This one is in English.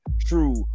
True